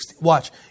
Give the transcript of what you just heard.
Watch